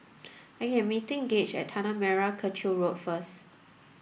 I am meeting Gaige at Tanah Merah Kechil Road first